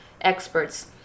experts